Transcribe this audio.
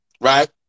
right